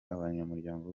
abanyamuryango